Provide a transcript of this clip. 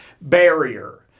barrier